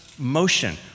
Motion